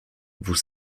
vous